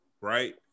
right